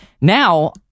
Now